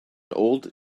old